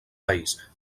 país